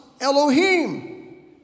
Elohim